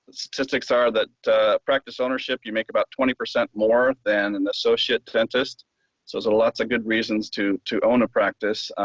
statistics are that practice ownership you make about twenty percent more than an associate dentist so lots of good reasons to to own a practice.